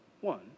one